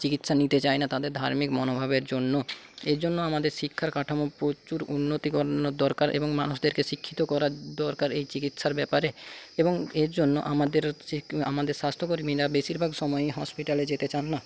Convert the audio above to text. চিকিৎসা নিতে চায় না তাদের ধার্মিক মনোভাবের জন্য এইজন্য আমাদের শিক্ষার কাঠামো প্রচুর উন্নতি করানোর দরকার এবং মানুষদেরকে শিক্ষিত করা দরকার এই চিকিৎসার ব্যাপারে এবং এর জন্য আমাদের সেই আমাদের স্বাস্থ্যকর্মীরা বেশীরভাগ সময়ে হসপিটালে যেতে চান না